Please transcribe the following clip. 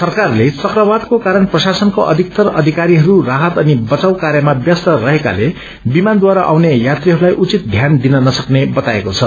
सरकारले चक्रवात कारण प्रशासनको अधिक्तर अधिकारीहरू राहत अनि बचाउ कार्यमा व्यस्त रहेकोले विमानद्वारा आउने यात्रीहरूलाई उचित ध्यान दिन नसक्ने बताएको छ